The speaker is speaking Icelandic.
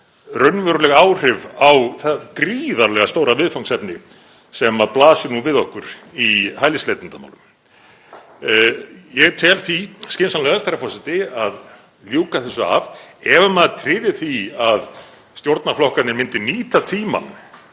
raunveruleg áhrif á það gríðarlega stóra viðfangsefni sem blasir nú við okkur í hælisleitendamálum. Ég tel því skynsamlegast, herra forseti, að ljúka þessu af. Ef maður tryði því að stjórnarflokkarnir myndu nýta tímann